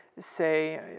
say